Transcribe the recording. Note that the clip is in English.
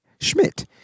Schmidt